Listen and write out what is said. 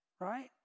right